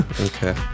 Okay